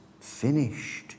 finished